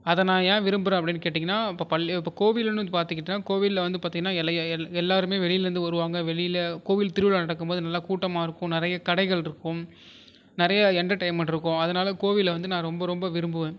அதை நான் ஏன் விரும்புறேன் அப்படின்னு கேட்டிங்கன்னா இப்போ பள்ளி இப்போ கோவிலுன்னு பார்த்துக்கிட்டு கோவிலில் வந்து பார்த்தீங்கன்னா எல்லோருமே வெளியிலேந்து வருவாங்க வெளியில் கோவிலில் திருவிழா நடக்கும்போது நல்ல கூட்டமாயிருக்கும் நிறைய கடைகள்ருக்கும் நிறையா என்டர்டைன்மண்ட்டுருக்கும் அதனால் கோவிலை வந்து நான் ரொம்ப ரொம்ப விரும்புவேன்